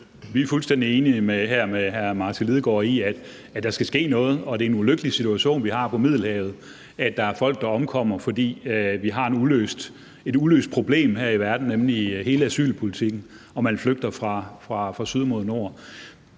Vi er fuldstændig enige med hr. Martin Lidegaard i, at der skal ske noget, og at det er en ulykkelig situation, vi har på Middelhavet, nemlig at der er folk, der omkommer, fordi vi har et uløst problem her i verden, nemlig hele asylpolitikken, og at man flygter fra syd mod nord.